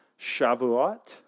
Shavuot